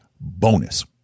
bonus